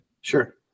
sure